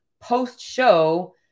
post-show